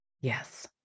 Yes